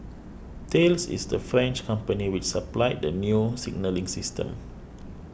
thales is the French company which supplied the new signalling system